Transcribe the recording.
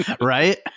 Right